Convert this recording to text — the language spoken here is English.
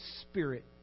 spirit